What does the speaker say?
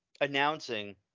announcing